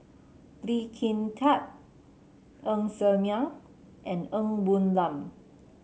Lee Kin Tat Ng Ser Miang and Ng Woon Lam